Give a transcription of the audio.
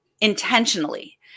intentionally